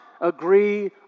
agree